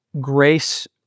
grace